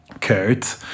Kurt